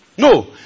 No